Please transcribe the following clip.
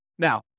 Now